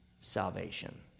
salvation